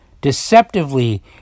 deceptively